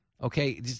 Okay